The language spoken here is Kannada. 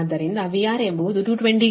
ಆದ್ದರಿಂದ VR ಎಂಬುದು 220 KV IR 787